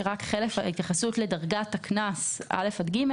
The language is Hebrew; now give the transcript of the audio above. שרק חלף ההתייחסות לדרגת הקנס א' עד ג',